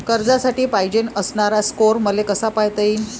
कर्जासाठी पायजेन असणारा स्कोर मले कसा पायता येईन?